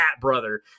brother